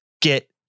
get